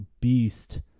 beast